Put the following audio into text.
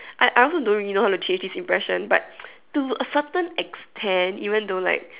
I I also don't really know how to change this impression but to a certain extent even though like